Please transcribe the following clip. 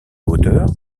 hauteur